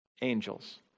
angels